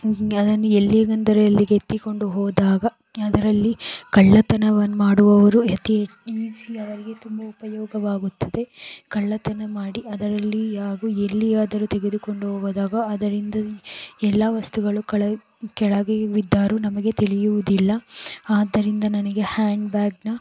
ಅದನ್ನು ಎಲ್ಲಿಗೆಂದರಲ್ಲಿ ಎಲ್ಲಿಗೆ ಎತ್ತಿಕೊಂಡು ಹೋದಾಗ ಅದರಲ್ಲಿ ಕಳ್ಳತನವನ್ನು ಮಾಡುವವರು ಅತಿ ಈಸಿಯಾಗಿ ತುಂಬ ಉಪಯೋಗವಾಗುತ್ತದೆ ಕಳ್ಳತನ ಮಾಡಿ ಅದರಲ್ಲಿ ಹಾಗೂ ಎಲ್ಲಿಯಾದರೂ ತೆಗೆದುಕೊಂಡು ಹೋದಾಗ ಅದರಿಂದ ಎಲ್ಲ ವಸ್ತುಗಳು ಕಳೆ ಕೆಳಗೆ ಬಿದ್ದರು ನಮಗೆ ತಿಳಿಯುವುದಿಲ್ಲ ಆದ್ದರಿಂದ ನನಗೆ ಹ್ಯಾಂಡ್ ಬ್ಯಾಗ್ನ